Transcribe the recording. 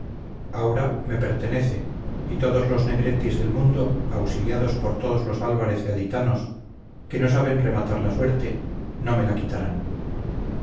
aura me pertenece y todos los negrettis del mundo auxiliados por todos los álvarez gaditanos que no saben rematar la suerte no me la quitarán